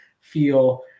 feel